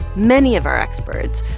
many of our experts,